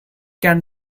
can